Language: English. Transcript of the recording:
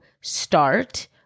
start